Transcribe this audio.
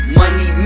money